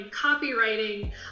copywriting